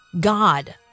God